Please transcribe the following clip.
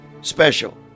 special